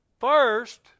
First